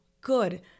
good